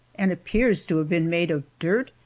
and appears to have been made of dirt,